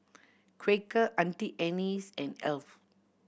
Quaker Auntie Anne's and Alf